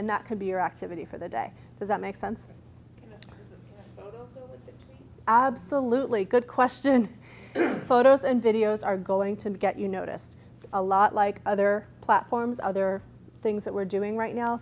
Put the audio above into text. and that could be your activity for the day does that make sense absolutely good question photos and videos are going to get you noticed a lot like other platforms other things that we're doing right now